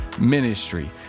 Ministry